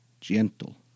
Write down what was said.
gentle